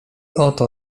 oto